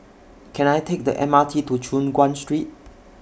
Can I Take The M R T to Choon Guan Street